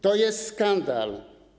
To jest skandal.